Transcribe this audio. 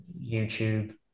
YouTube